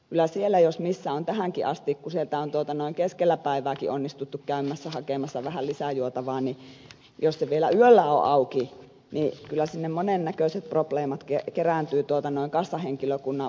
kyllä sieltä jos mistä on tähänkin asti keskellä päivääkin onnistuttu käymään hakemassa vähän lisää juotavaa niin jos se vielä yöllä on auki niin kyllä sinne monennäköiset probleemat kerääntyvät kassahenkilökunnan hoidettaviksi